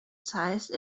size